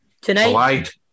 tonight